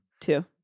Two